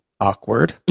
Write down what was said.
awkward